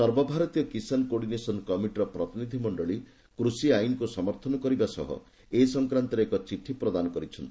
ସର୍ବଭାରତୀୟ କିଶାନ କୋର୍ଡିନେସନ କମିଟିର ପ୍ରତିନିଧ୍ୟମଣ୍ଡଳୀ କୃଷି ଆଇନକୁ ସମର୍ଥନ କରିବା ସହ ଏ ସଂକ୍ରାନ୍ତରେ ଏକ ଚିଠି ପ୍ରଦାନ କରିଛନ୍ତି